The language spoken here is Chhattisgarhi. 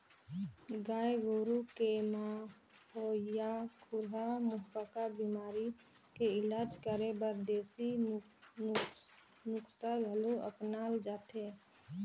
गाय गोरु के म होवइया खुरहा मुहंपका बेमारी के इलाज करे बर देसी नुक्सा घलो अपनाल जाथे